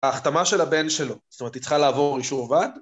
ההחתמה של הבן שלו, זאת אומרת היא צריכה לעבור אישור ועד